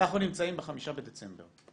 אנחנו נמצאים ב-5 בדצמבר.